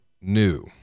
new